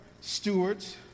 stewards